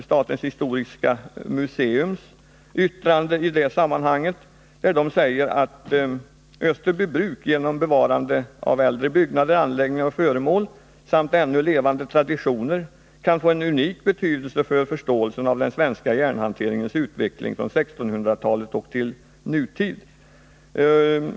Statens historiska museum framhåller t.ex. i sitt yttrande att Österbybruk genom bevarande av äldre byggnader, anläggningar och föremål samt ännu levande traditioner kan få en unik betydelse för förståelsen av den svenska järnhanteringens utveckling från 1600-talet och till nutid.